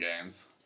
games